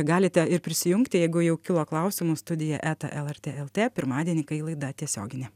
galite ir prisijungti jeigu jau kilo klausimų studija eta lrt lt pirmadienį kai laida tiesioginė